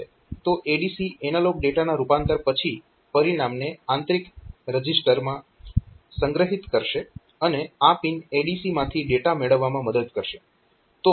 તો ADC analogue ડેટાના રૂપાંતર પછી પરિણામને આંતરિક રજીસ્ટર માં સંગ્રહિત કરશે અને આ પિન ADC માંથી ડેટા મેળવવામાં મદદ કરશે